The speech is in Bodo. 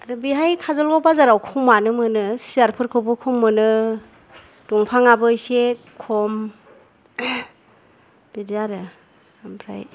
आरो बेहाय खाजलगाव बाजाराव खमानो मोनो सियार फोरखौबो खम मोनो दंफांआबो एसे खम बिदि आरो ओमफ्राय